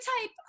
type